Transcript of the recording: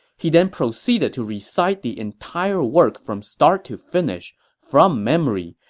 he then proceeded to recite the entire work from start to finish, from memory,